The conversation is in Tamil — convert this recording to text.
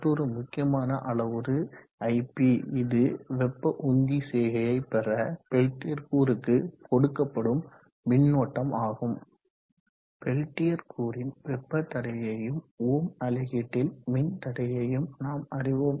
மற்றொரு முக்கியமான அளவுரு ip இது வெப்ப உந்தி செய்கையை பெற பெல்டியர் கூறுக்கு கொடுக்கப்படும் மின்னோட்டம் ஆகும் பெல்டியர் கூறின் வெப்ப தடையையும் ஓம் அலகிட்டில் மின்தடையையும் நாம் அறிவோம்